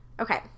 Okay